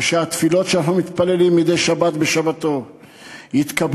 ושהתפילות שאנחנו מתפללים מדי שבת בשבתו יתקבלו,